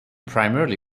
primarily